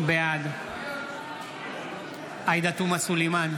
בעד עאידה תומא סלימאן,